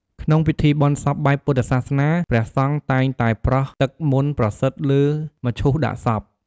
ក្នុងពិធីបុណ្យសពបែបពុទ្ធសាសនា ព្រះសង្ឃតែងតែប្រស់ទឹកមន្តប្រសិទ្ធិលើមឈូសដាក់សព។